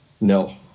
no